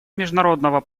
международного